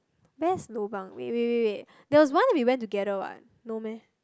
best lobang wait wait wait wait there was one we went together what no meh